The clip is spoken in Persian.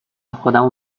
خودمو